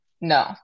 No